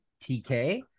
TK